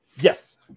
Yes